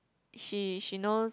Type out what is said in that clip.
she she knows